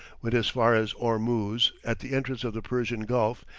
went as far as ormuz, at the entrance of the persian gulf,